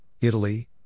Italy